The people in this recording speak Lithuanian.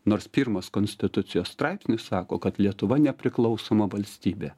nors pirmas konstitucijos straipsnis sako kad lietuva nepriklausoma valstybė